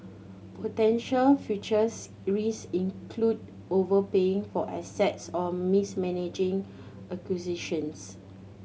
potential futures risk include overpaying for assets or mismanaging acquisitions